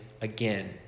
again